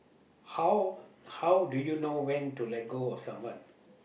how how do you know when to let go of someone